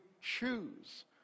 choose